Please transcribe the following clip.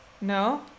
No